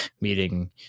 meeting